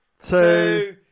Two